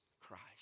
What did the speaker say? Christ